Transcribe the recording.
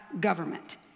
government